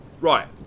Right